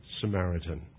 Samaritan